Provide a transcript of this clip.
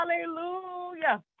hallelujah